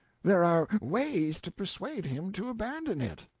there are ways to persuade him to abandon it.